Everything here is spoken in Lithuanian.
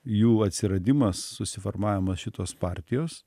jų atsiradimas susiformavimas šitos partijos